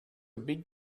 big